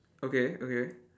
okay okay